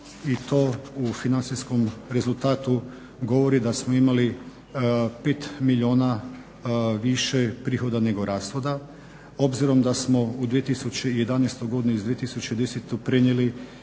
i to u financijskom rezultatu govori da smo imali 5 milijuna više prihoda nego rashoda. Obzirom da smo u 2011. godini iz 2010. prenijeli